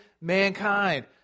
mankind